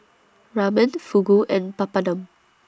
Ramen Fugu and Papadum